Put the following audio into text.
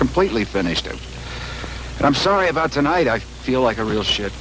completely finished i'm sorry about tonight i feel like a real shit